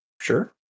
Sure